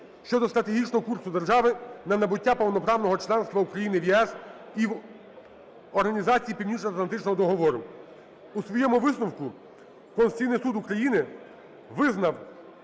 щодо стратегічного курсу держави на набуття повноправного членства Україні в ЄС і в Організації Північноатлантичного договору. У своєму висновку Конституційний Суд України визнав